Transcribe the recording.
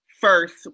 first